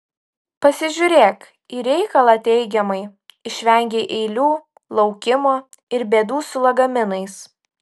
pasižiūrėk į reikalą teigiamai išvengei eilių laukimo ir bėdų su lagaminais